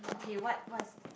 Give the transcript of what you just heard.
okay what what is